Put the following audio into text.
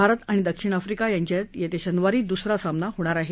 भारत आणि दक्षिण आफ्रिका यांच्यात येत्या शनिवारी द्सरा सामना होणार आहे